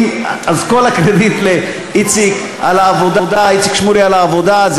אז כל הקרדיט לאיציק שמולי על העבודה.